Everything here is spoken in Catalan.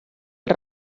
els